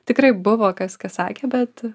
tikrai buvo kas kas sakė bet